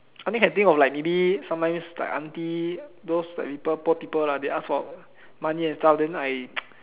I can only think of like maybe sometimes like auntie those like poor people they ask for money and stuff and then I